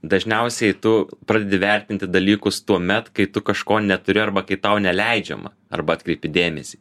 dažniausiai tu pradedi vertinti dalykus tuomet kai tu kažko neturi arba kai tau neleidžiama arba atkreipi dėmesį